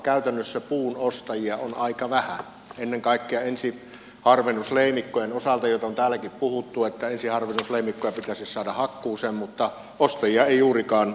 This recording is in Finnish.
käytännössä puun ostajia on aika vähän ennen kaikkea ensiharvennusleimikkojen osalta joista on täälläkin puhuttu että ensiharvennusleimikkoja pitäisi saada hakkuuseen mutta ostajia ei juurikaan ole